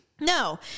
No